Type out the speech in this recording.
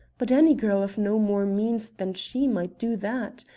but any girl of no more means than she might do that.